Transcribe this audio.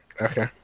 Okay